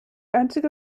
einzige